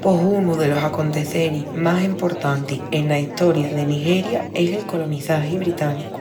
Pos unu delos aconteceris más emportantis ena Estoria de Nigeria es el colonizagi británicu,